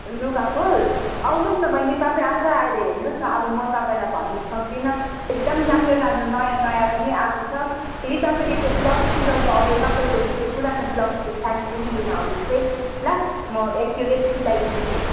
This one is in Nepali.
लुगाको आउनु होस् न बहिनी तपाईँ आफैँ आएर हेर्नु होस् न अब म तपाईँलाई भन्न सक्दिनँ एकदम राम्रो राम्रो नयाँ नयाँ पनि आएको छ यही तपाईँले त्यो ब्लाउज सिलाउन आउँदा तपाईँको त्यो पुरानो ब्लाउजको साइज पनि लिएर आउनु होस् है ल म एक्युरेट सिलाई दिन्छु